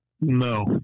No